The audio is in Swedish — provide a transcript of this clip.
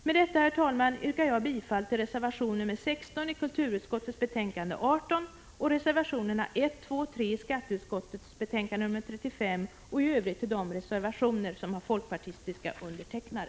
Med detta, herr talman, yrkar jag bifall till reservation nr 16 i kulturutskottets betänkande 18, till reservationerna 1, 2 och 3 i skatteutskottets betänkande 35 och i övrigt till de reservationer som har folkpartistiska undertecknare.